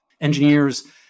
engineers